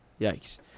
Yikes